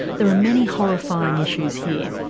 there are many horrifying issues here,